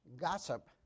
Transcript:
Gossip